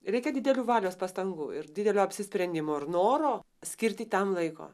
reikia didelių valios pastangų ir didelio apsisprendimo ir noro skirti tam laiko